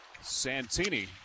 Santini